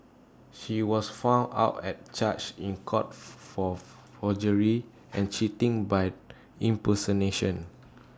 she was found out at charged in court for forgery and cheating by impersonation